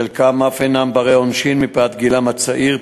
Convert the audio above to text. חלקם אף אינם בני עונשין מפאת גילם הצעיר,